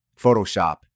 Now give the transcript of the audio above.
Photoshop